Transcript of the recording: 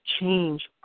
change